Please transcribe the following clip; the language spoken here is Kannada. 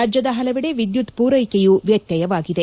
ರಾಜ್ಯದ ಹಲವೆಡೆ ವಿದ್ಯುತ್ ಪೂರೈಕೆಯೂ ವ್ಯತ್ಯಯವಾಗಿದೆ